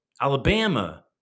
Alabama